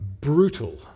Brutal